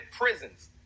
prisons